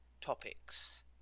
topics